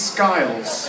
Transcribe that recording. Skiles